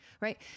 right